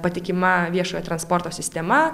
patikima viešojo transporto sistema